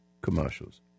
commercials